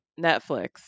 Netflix